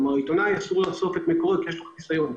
לעיתונאי אסור לחשוף מקורות, כי יש לו חיסיון.